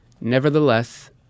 Nevertheless